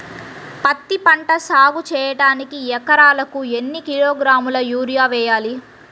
పత్తిపంట సాగు చేయడానికి ఎకరాలకు ఎన్ని కిలోగ్రాముల యూరియా వేయాలి?